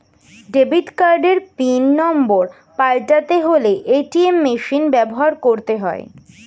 debit কার্ডের pin number পাল্টাতে হলে এ.টি.এম মেশিন ব্যবহার করতে হয়